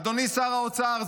אדוני שר האוצר,